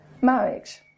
Marriage